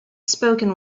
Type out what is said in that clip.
spoken